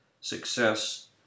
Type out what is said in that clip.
success